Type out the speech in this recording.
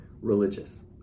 religious